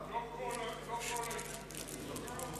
לא כל האישומים.